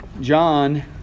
John